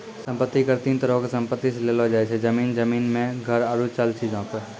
सम्पति कर तीन तरहो के संपत्ति से लेलो जाय छै, जमीन, जमीन मे घर आरु चल चीजो पे